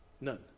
None